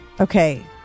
Okay